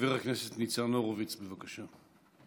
חבר הכנסת ניצן הורוביץ, בבקשה.